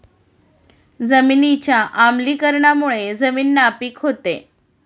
जमिनीच्या आम्लीकरणामुळे जमीन नापीक होते